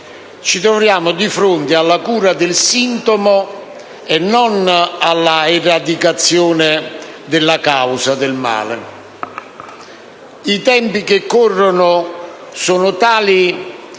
ci troviamo di fronte alla cura del sintomo e non all'eradicazione della causa del male. I tempi che corrono sono tali